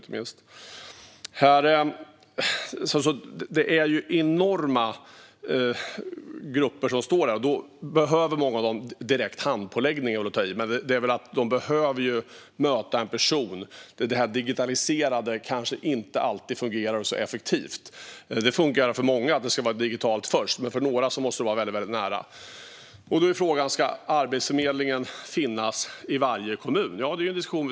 Det handlar om enormt många människor, och en del av dem behöver möta en person. Det digitala är kanske inte alltid så effektivt. Det fungerar för många att gå den vägen först, men andra behöver en nära kontakt. Ska då Arbetsförmedlingen finnas i varje kommun? Ja, det får vi diskutera.